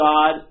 God